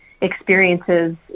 experiences